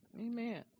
Amen